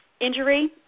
injury